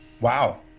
Wow